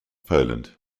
poland